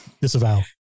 Disavow